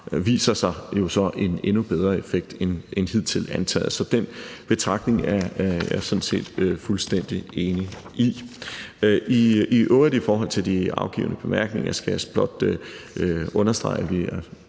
også, at det har en endnu bedre effekt end hidtil antaget. Så den betragtning er jeg sådan set fuldstændig enig i. I øvrigt skal jeg i forhold til de afgivne bemærkninger så blot understrege, at man